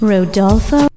Rodolfo